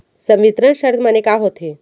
संवितरण शर्त माने का होथे?